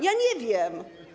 Ja nie wiem.